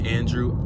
Andrew